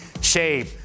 shape